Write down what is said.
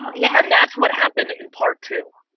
yeah and that's what happened in part two.